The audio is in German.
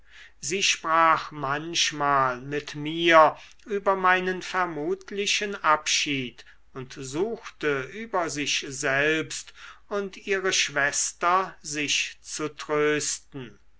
sie sprach manchmal mit mir über meinen vermutlichen abschied und suchte über sich selbst und ihre schwester sich zu trösten